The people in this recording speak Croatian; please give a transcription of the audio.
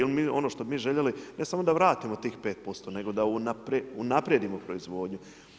Ili ono što bi mi željeli, ne samo da vratimo tih 5%, nego da unaprijedimo proizvodnju.